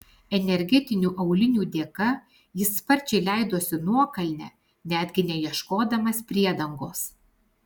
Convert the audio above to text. energetinių aulinių dėka jis sparčiai leidosi nuokalne netgi neieškodamas priedangos